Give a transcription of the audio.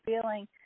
feeling